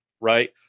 right